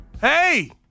Hey